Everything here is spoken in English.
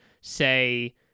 say